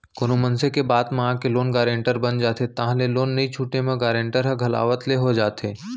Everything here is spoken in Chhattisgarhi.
कोनो मनसे के बात म आके लोन गारेंटर बन जाथे ताहले लोन नइ छूटे म गारेंटर ह घलावत ले हो जाथे